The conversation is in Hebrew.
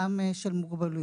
גם של מוגבלויות.